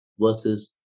versus